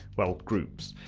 well, groups.